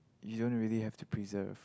you don't really have to preserve